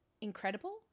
incredible